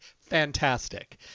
Fantastic